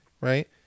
right